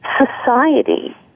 society